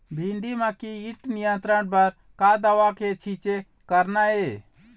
भिंडी म कीट नियंत्रण बर का दवा के छींचे करना ये?